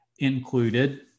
included